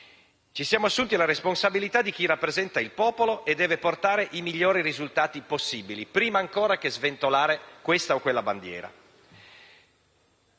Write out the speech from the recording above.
Ci siamo assunti la responsabilità di chi rappresenta il popolo e deve portare i migliori risultati possibili, prima ancora che sventolare questa o quella bandiera.